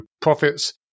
profits